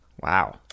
Wow